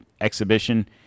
exhibition